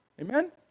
Amen